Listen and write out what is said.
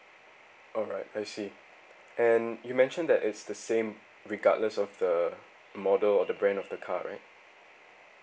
alright I see and you mentioned that it's the same regardless of the model or the brand of the car right